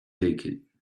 take